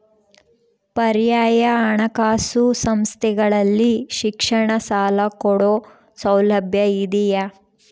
ಪರ್ಯಾಯ ಹಣಕಾಸು ಸಂಸ್ಥೆಗಳಲ್ಲಿ ಶಿಕ್ಷಣ ಸಾಲ ಕೊಡೋ ಸೌಲಭ್ಯ ಇದಿಯಾ?